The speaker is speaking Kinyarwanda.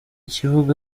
kibuga